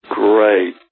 great